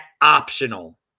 optional